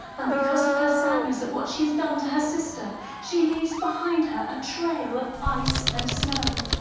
and because of her sadness at what she's done to her sister she leaves behind her a trail of ice and snow.